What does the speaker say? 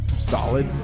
solid